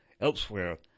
Elsewhere